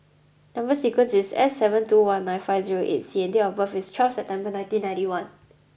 number sequence is S seven two one nine five zero eight C and date of birth is twelve September nineteen ninety one